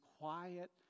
quiet